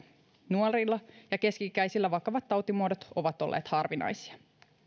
nuorilla ja keski ikäisillä vakavat tautimuodot ovat olleet harvinaisia